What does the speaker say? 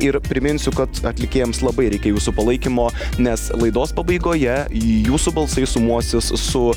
ir priminsiu kad atlikėjams labai reikia jūsų palaikymo nes laidos pabaigoje jūsų balsai sumuosis su